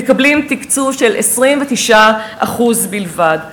מקבלים תקצוב של 29% בלבד.